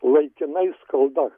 laikinai skalda